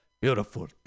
beautiful